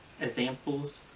examples